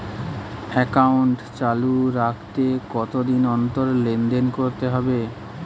Account চালু রাখতে কতদিন অন্তর লেনদেন করতে হবে?